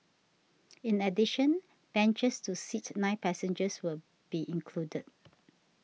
in addition benches to seat nine passengers will be included